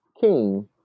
King